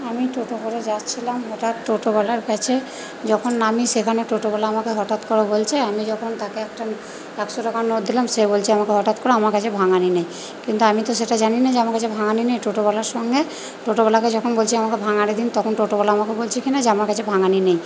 আমি টোটো করে যাচ্ছিলাম হঠাৎ টোটোওয়ালার কাছে যখন নামি সেখানে টোটোওয়ালা আমাকে হঠাৎ করে বলছে আমি যখন তাকে একটা একশো টাকার নোট দিলাম সে বলছে আমাকে হঠাৎ করে আমার কাছে ভাঙানি নেই কিন্তু আমি তো সেটা জানি না যে আমার কাছে ভাঙানি নেই টোটোওয়ালার সঙ্গে টোটোওয়ালাকে যখন বলছি আমাকে ভাঙানি দিন তখন টোটোওয়ালা আমাকে বলছে কি না যে আমার কাছে ভাঙানি নেই